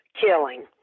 killing